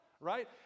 right